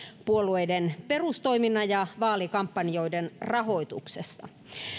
puolueiden perustoiminnan ja vaalikampanjoiden rahoituksesta